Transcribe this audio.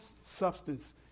substance